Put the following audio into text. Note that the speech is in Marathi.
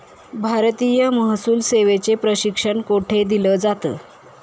भारतीय महसूल सेवेचे प्रशिक्षण कोठे दिलं जातं?